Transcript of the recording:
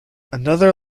another